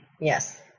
Yes